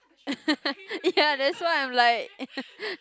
ya that's why I'm like